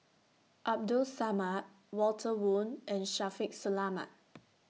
Abdul Samad Walter Woon and Shaffiq Selamat